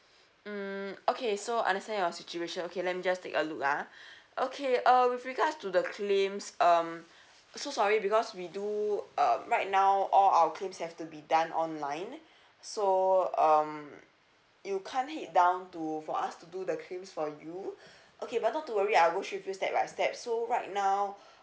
mm okay so understand your situation okay let me just take a look ah okay uh with regards to the claims um so sorry because we do uh right now all our claims have to be done online so um you can't head down to for us to do the claims for you okay but not to worry I'll go through with you step by step so right now